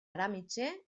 aramitse